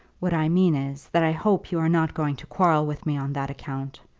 what i mean is, that i hope you are not going to quarrel with me on that account?